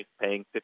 paying